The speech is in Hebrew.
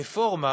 הרפורמה